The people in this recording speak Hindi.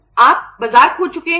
आप बाजार खो चुके हैं